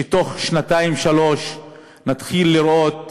שבתוך שנתיים-שלוש נתחיל לראות תשתיות,